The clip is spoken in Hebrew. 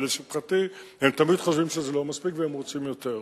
ולשמחתי הם תמיד חושבים שזה לא מספיק והם רוצים יותר.